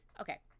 Okay